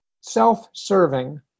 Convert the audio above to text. self-serving